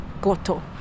Goto